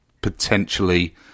potentially